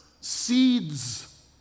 seeds